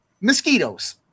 mosquitoes